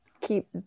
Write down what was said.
keep